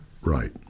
Right